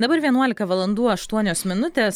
dabar vienuolika valandų aštuonios minutės